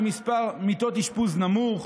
מספר מיטות אשפוז נמוך,